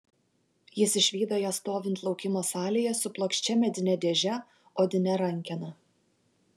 jis išvydo ją stovint laukimo salėje su plokščia medine dėže odine rankena